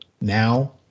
now